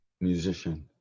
musician